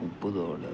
Upputhode